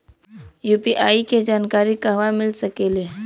UPI के जानकारी कहवा मिल सकेले?